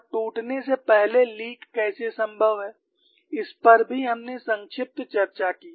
और टूटने से पहले लीक कैसे संभव है इस पर भी हमने संक्षिप्त चर्चा की